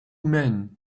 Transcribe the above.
men